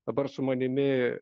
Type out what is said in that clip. dabar su manimi